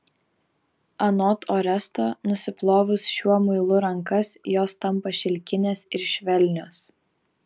anot oresto nusiplovus šiuo muilu rankas jos tampa šilkinės ir švelnios